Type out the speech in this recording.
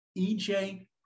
EJ